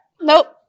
Nope